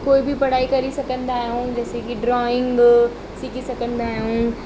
कोई बि पढ़ाई करे सघंदा आहियूं जैसे की ड्रॉईंग सिखी सघंदा आहियूं